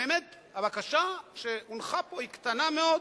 באמת, הבקשה שהונחה פה היא קטנה מאוד,